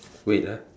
wait ah